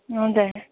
हजुर